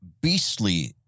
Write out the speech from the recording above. beastly